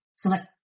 Select